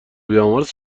بیامرز